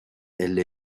elle